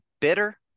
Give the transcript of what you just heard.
bitter